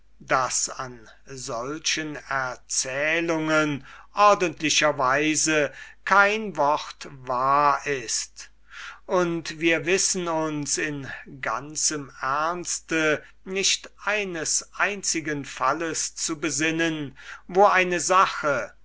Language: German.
daß an allen solchen erzählungen ordentlicher weise kein wort wahr ist und wir wissen uns in ganzem ernst nicht eines einzigen falles zu besinnen wo eine sache